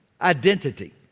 identity